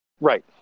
Right